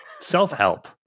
Self-help